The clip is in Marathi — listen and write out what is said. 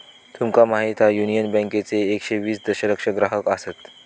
तुका माहीत हा, युनियन बँकेचे एकशे वीस दशलक्ष ग्राहक आसत